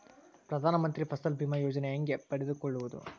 ಪ್ರಧಾನ ಮಂತ್ರಿ ಫಸಲ್ ಭೇಮಾ ಯೋಜನೆ ಹೆಂಗೆ ಪಡೆದುಕೊಳ್ಳುವುದು?